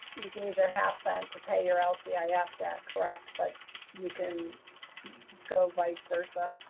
you can use your half-cent to pay your lcif yeah yeah debt, correct. but you can go vice versa.